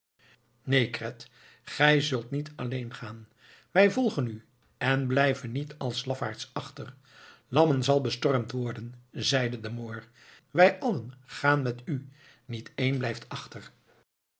neen cret gij zult niet alleen gaan wij volgen u en blijven niet als lafaards achter lammen zal bestormd worden zeide de moor wij allen gaan met u niet één blijft achter